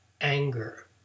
anger